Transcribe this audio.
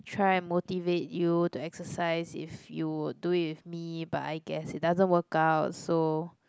try and motivate you to exercise if you would do it with me but I guess it doesn't work out so